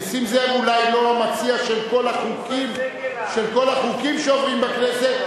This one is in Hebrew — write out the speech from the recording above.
נסים זאב אולי לא המציע של כל החוקים שעוברים בכנסת,